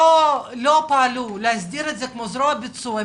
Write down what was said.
לא פעלו להסדיר את זה כזרוע ביצוע,